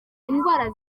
indwara